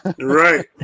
right